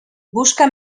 busca